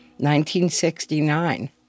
1969